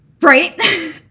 Right